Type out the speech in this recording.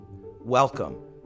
welcome